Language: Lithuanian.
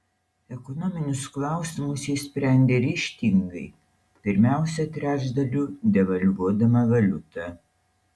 ekonominius klausimus ji sprendė ryžtingai pirmiausia trečdaliu devalvuodama valiutą